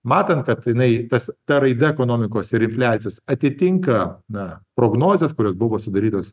matant kad jinai tas ta raida ekonomikos ir infliacijos atitinka na prognozės kurios buvo sudarytos